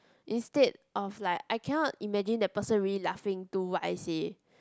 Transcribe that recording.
instead of like I cannot imagine the person really laughing to what I said